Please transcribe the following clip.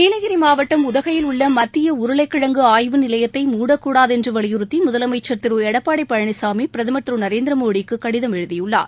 நீலகிரி மாவட்டம் உதகையில் உள்ள மத்திய உருளைக்கிழங்கு ஆய்வு நிலையத்தை மூடக்கூடாது என்று வலியுறுத்தி முதலமைச்சர் திரு எடப்பாடி பழனிசாமி பிரதம் திரு நரேந்திரமோடிக்கு கடிதம் எழுதியுள்ளார்